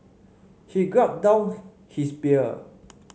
he gulped down his beer